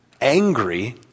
angry